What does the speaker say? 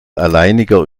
alleiniger